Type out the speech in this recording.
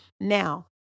Now